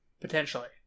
potentially